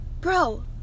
Bro